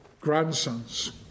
grandsons